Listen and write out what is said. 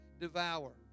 devour